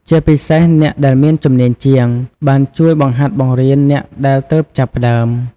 ជាពិសេស អ្នកដែលមានជំនាញជាងបានជួយបង្ហាត់បង្រៀនអ្នកដែលទើបចាប់ផ្ដើម។